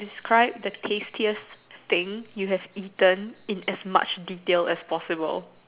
describe the tastiest thing you have eaten in as much detail as possible